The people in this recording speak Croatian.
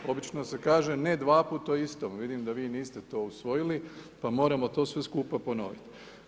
Obično se kaže ne 2 puta to isto, vidim da vi niste to usvojili, pa moramo to sve skupa ponoviti.